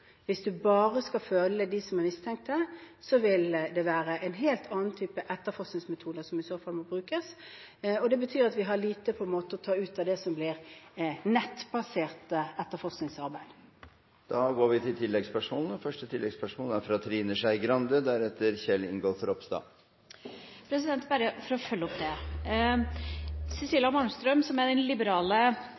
Hvis en bare skal følge de som er mistenkt, vil det være en helt annen type etterforskningsmetoder som i så fall må brukes. Det betyr at vi har lite å ta ut av det som blir nettbasert etterforskningsarbeid. Det blir oppfølgingsspørsmål – først Trine Skei Grande. Først vil jeg bare følge opp dette. Cecilia Malmström, som er ansvarlig for dette i EU i dag, sa i går at det ikke fins noe datalagringsdirektiv, og vi må vurdere hva som